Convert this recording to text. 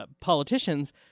Politicians